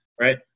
right